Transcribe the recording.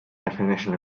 definition